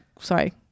Sorry